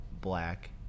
Black